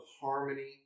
harmony